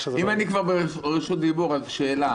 אם אני כבר ברשות דיבור, שאלה